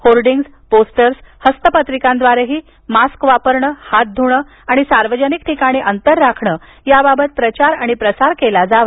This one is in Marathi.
होर्डींग्ज पोस्टर्स हस्तपत्रिकांद्वारेही मास्का वापरणे हात ध्रणे आणि सार्वजनिक ठिकाणी अंतर राखणे याबाबत प्रचार आणि प्रसार केला जावा